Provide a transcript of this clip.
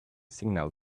signal